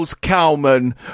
Cowman